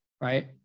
Right